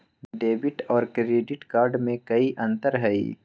Debit और credit card में कई अंतर हई?